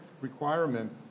requirement